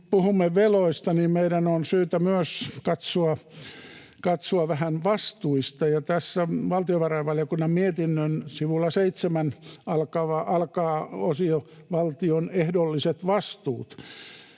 Kun puhumme veloista, meidän on syytä myös katsoa vähän vastuita. Tässä valtiovarainvaliokunnan mietinnön sivulla 7 alkaa osio ”Valtion ehdolliset vastuut”,